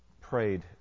prayed